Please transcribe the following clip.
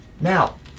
now